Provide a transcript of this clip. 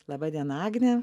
laba diena agne